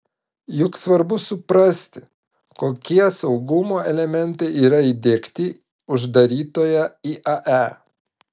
juk svarbu suprasti kokie saugumo elementai yra įdiegti uždarytoje iae